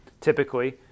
typically